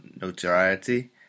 notoriety